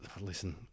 listen